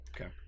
Okay